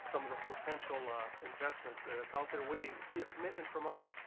some of the potential ah investments that it's out there waiting to see a commitment from us.